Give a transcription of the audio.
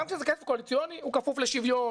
גם כשזה כסף קואליציוני הוא כפוף לשוויון,